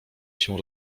się